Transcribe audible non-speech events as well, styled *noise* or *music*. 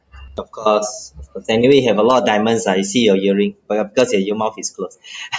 of course anyway you have a lot of diamonds ah you see your earring but your because your your mouth is closed *laughs*